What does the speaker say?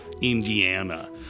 Indiana